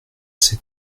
sait